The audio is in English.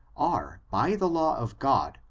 are, by the law of god,